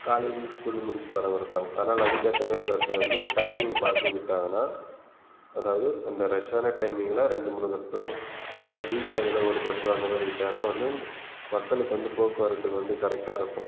college school முடித்திட்டு வரவங்க இருப்பாங்க அதனால் அதுக்கேற்ற மாதிரி பஸ்ஸை வந்து டைமிங் பார்த்து விட்டாங்கன்னா என்றால் அதாவது அந்த ரஷ்ஷான டைமிங்கில் ரெண்டு மூணு பஸ்ஸோ இல்லை ஃப்ரீ டைமில் ஒரு பஸ்ஸோ அந்த மாதிரி விட்டாங்கன்னால் வந்து மக்களுக்கு வந்து போக்குவரத்துக்கு வந்து கரெக்ட்டாக இருக்கும்